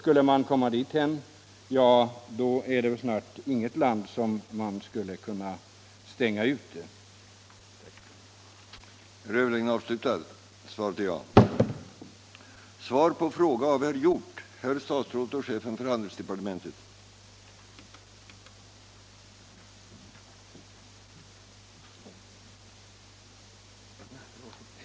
Skulle vi komma dithän är det snart inget land som skulle kunna stängas ute.